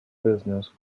business